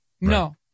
No